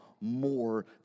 more